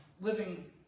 living